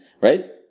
right